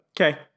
okay